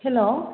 hello